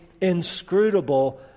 inscrutable